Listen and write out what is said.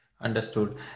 Understood